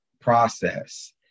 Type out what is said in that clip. process